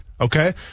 okay